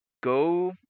Go